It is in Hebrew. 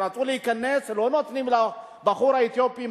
ולא נתנו לבחור האתיופי,